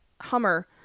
hummer